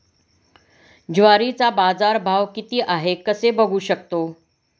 ज्वारीचा बाजारभाव किती आहे कसे बघू शकतो?